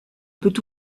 peut